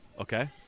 okay